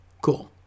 Cool